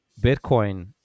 Bitcoin